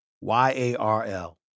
Y-A-R-L